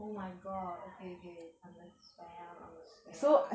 oh my god okay okay understand understand